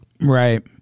Right